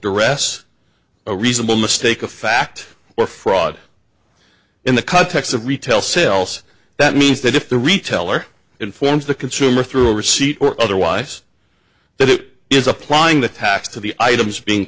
duress a reasonable mistake a fact or fraud in the context of retail sales that means that if the retailer informs the consumer through receipt or otherwise that it is applying the tax to the items being